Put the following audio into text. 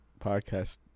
Podcast